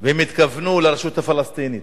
והם התכוונו לרשות הפלסטינית.